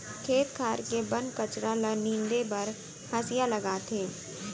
खेत खार के बन कचरा ल नींदे बर हँसिया लागथे